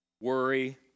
worry